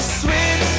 sweet